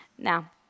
Now